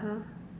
(uh huh)